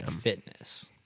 fitness